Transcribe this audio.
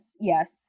Yes